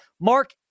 Mark